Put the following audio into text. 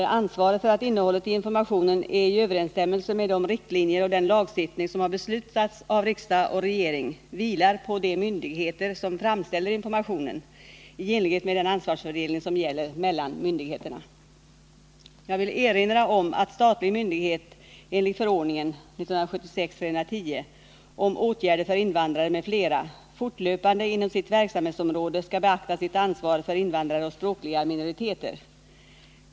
Ansvaret för att innehållet i informationen är i överensstämmelse med de riktlinjer och den lagstiftning som har beslutats av riksdag och regering vilar på de myndigheter som framställer informationen i enlighet med den ansvarsfördelning som gäller mellan myndigheterna. Jag vill erinra om att statlig myndighet enligt förordningen om åtgärder för invandrare m.fl. fortlöpande inom sitt verksamhetsområde skall beakta sitt ansvar för invandrare och språkliga minoriteter.